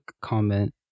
comment